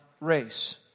race